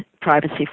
privacy